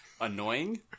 annoying